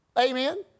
Amen